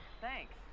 Thanks